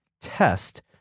test